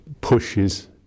pushes